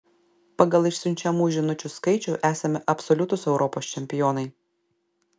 pagal išsiunčiamų žinučių skaičių esame absoliutūs europos čempionai